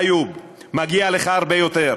איוב, מגיע לך הרבה יותר.